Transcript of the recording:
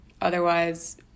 Otherwise